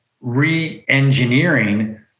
re-engineering